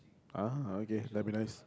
ah okay that'll be nice